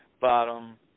bottom